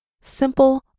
simple